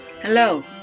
Hello